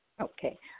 okay